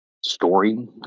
story